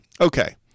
Okay